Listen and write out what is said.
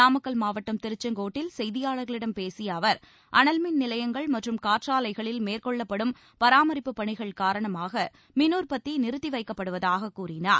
நாமக்கல் மாவட்டம் திருச்செங்கோட்டில் செய்தியாளர்களிடம் பேசிய அவர் அனல் மின் நிலையங்கள் மற்றும் காற்றாலைகளில் மேற்கொள்ளப்படும் பராமரிப்பு பணிகள் காரணமாக மின் உற்பத்தி நிறுத்தி வைக்கப்படுவதாகக் கூறினார்